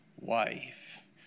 wife